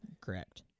Correct